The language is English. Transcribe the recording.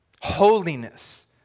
Holiness